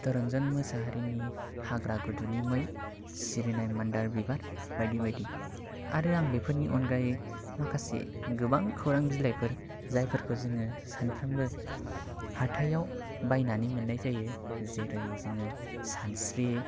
सितरन्जन मसाहारिनि हाग्रा गुदुनि मै सिरिनाय मान्दार बिबार बायदि बायदि आरो आं बेफोरनि अनगायै गोबां खौरां बिलायफोर जायफोरखौ जोङो सामफ्रोमबो हाथायाव बायनानै मोननाय जायो जेरै जोङो सानस्रियो